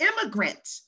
immigrant